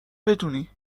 بدونی